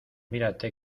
mirate